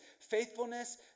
faithfulness